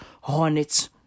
Hornets